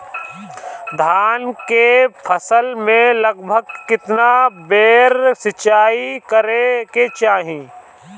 धान के फसल मे लगभग केतना बेर सिचाई करे के चाही?